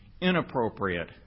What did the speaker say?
inappropriate